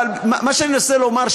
מה שאני מנסה לומר,